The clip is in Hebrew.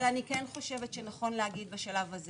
אבל אני כן חושבת שנכון להגיד בשלב הזה